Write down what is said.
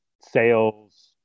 sales